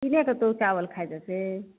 पूजेके तू चाबल खाइ छऽ से